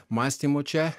mąstymo čia